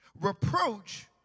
Reproach